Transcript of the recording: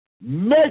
Make